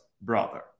brother